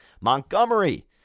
montgomery